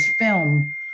film